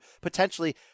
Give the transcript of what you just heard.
potentially